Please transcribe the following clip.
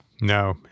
No